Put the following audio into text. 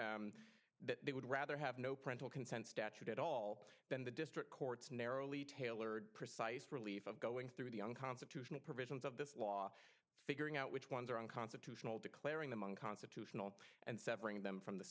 essentially that they would rather have no parental consent statute at all than the district courts narrowly tailored precise relief of going through the unconstitutional provisions of this law figuring out which ones are unconstitutional declaring them unconstitutional and severing them from the